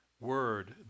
word